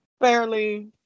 fairly